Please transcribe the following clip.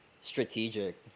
Strategic